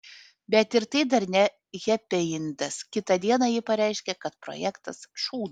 bet ir tai dar ne hepiendas kitą dieną ji pareiškė kad projektas šūdas